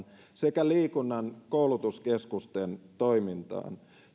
sekä liikunnan koulutuskeskusten toimintaan toivon myös että